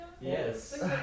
Yes